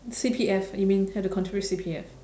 C_P_F you mean have to contribute C_P_F